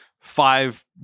five